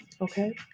Okay